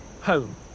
home